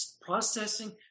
processing